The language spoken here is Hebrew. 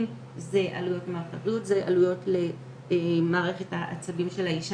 זאת אומרת לייצר מצב שהאירוע